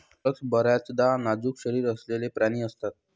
mollusc बर्याचदा नाजूक शरीर असलेले प्राणी असतात